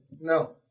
No